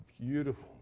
beautiful